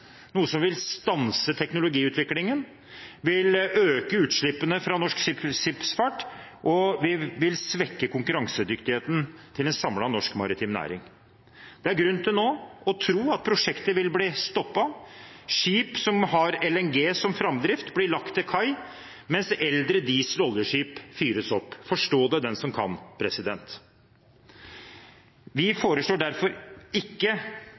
noe som vil stanse teknologiutviklingen, vil øke utslippene fra norsk skipsfart og vil svekke konkurransedyktigheten til en samlet norsk maritim næring. Det er grunn til nå å tro at prosjektet vil bli stoppet. Skip som har LNG som framdrift, blir lagt til kai, mens eldre diesel- og oljeskip fyres opp. Forstå det den som kan. Vi foreslår derfor ikke